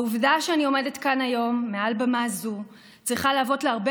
העובדה שאני עומדת כאן היום מעל במה זו צריכה להוות להרבה